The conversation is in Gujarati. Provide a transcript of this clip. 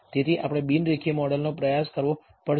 તેથી આપણે બિન રેખીય મોડેલનો પ્રયાસ કરવો પડશે